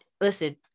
listen